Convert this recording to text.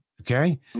Okay